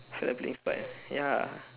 I feel like playing spider~ ya